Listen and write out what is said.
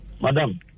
Madam